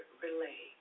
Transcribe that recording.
relay